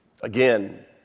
again